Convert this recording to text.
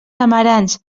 amarants